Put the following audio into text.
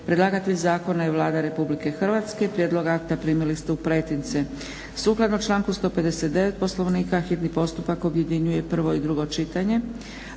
Predlagatelj zakona je Vlada Republike Hrvatske. Prijedlog akta primili ste u pretince. Sukladno članku 159. Poslovnika hitni postupak objedinjuje prvo i drugo čitanje.